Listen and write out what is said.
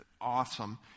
awesome